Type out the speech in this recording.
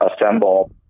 assemble